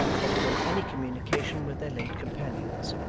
or to hold any communication with their late companions.